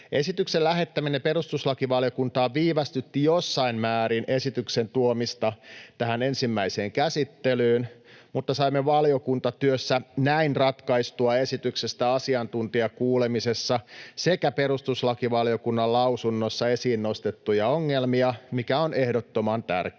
Esityksen lähettäminen perustuslakivaliokuntaan viivästytti jossain määrin esityksen tuomista tähän ensimmäiseen käsittelyyn, mutta saimme valiokuntatyössä näin ratkaistua esityksestä asiantuntijakuulemisessa sekä perustuslakivaliokunnan lausunnossa esiin nostettuja ongelmia, mikä on ehdottoman tärkeää.